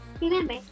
Remember